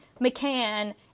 mccann